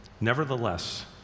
Nevertheless